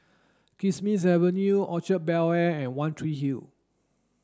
Kismis Avenue Orchard Bel Air and One Tree Hill